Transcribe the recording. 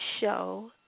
show